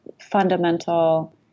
fundamental